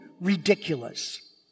ridiculous